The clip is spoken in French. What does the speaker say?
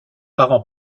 parents